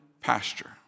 pasture